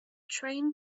train